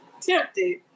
tempted